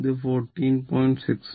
ഇത് 14